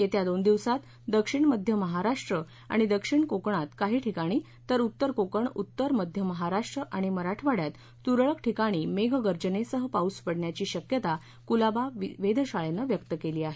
येत्या दोन दिवसात दक्षिण मध्य महाराष्ट्र आणि दक्षिण कोकणात काही ठिकाणी तर उत्तर कोकण उत्तर मध्य महाराष्ट्र आणि मराठवाड्यात तुरळक ठिकाणी मैघगर्जनेसह पाऊस पडण्याची शक्यता कुलाबा वेधशाळेनं व्यक्त केली आहे